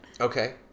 okay